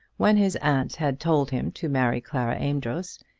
when his aunt had told him to marry clara amedroz,